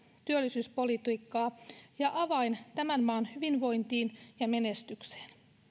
työllisyyspolitiikkaa ja avain tämän maan hyvinvointiin ja menestykseen